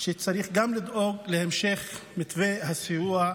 וגם צריך לדאוג להם להמשך מתווה הסיוע.